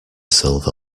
silver